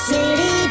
City